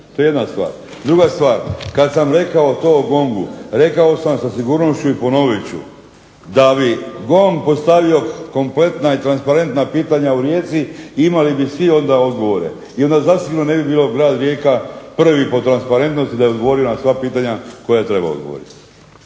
To je jedna stvar. Druga stvar, kad sam rekao to o GONG-u, rekao sam sa sigurnošću i ponovit ću, da bi GONG postavio kompletna i transparentna pitanja u Rijeci imali bi svi onda odgovore, i onda zasigurno ne bi bilo grad Rijeka prvi po transparentnosti da bi odgovorio na sva pitanja koja treba odgovoriti.